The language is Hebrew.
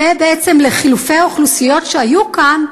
בעצם את חילופי האוכלוסיות שהיו כאן,